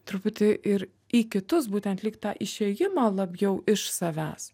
truputį ir į kitus būtent lyg tą išėjimą labiau iš savęs